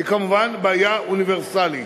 היא כמובן בעיה אוניברסלית.